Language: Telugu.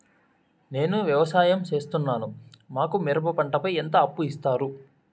నేను వ్యవసాయం సేస్తున్నాను, మాకు మిరప పంటపై ఎంత అప్పు ఇస్తారు